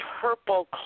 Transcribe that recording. purple